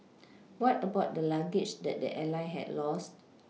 what about the luggage that the airline had lost